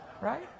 Right